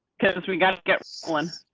we got to get one.